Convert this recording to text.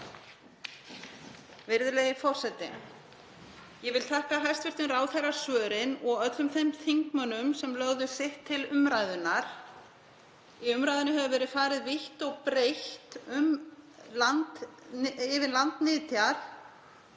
Virðulegi forseti. Ég vil þakka hæstv. ráðherra svörin og öllum þeim þingmönnum sem lögðu sitt til umræðunnar. Í umræðunni hefur verið farið vítt og breitt yfir landnytjar,